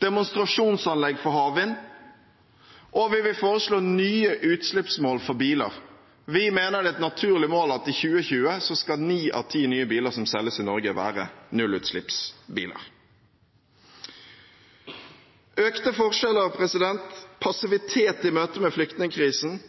demonstrasjonsanlegg for havvind og nye utslippsmål for biler. Vi mener det er et naturlig mål at i 2020 så skal ni av ti nye biler som selges i Norge, være nullutslippsbiler. Økte forskjeller, passivitet i møte med flyktningkrisen